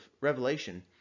revelation